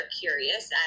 curious